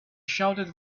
shouted